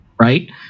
right